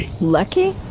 Lucky